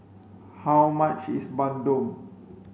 how much is Bandung